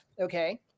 Okay